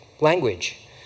language